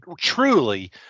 truly